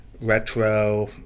retro